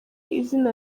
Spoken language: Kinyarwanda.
izina